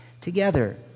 together